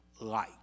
light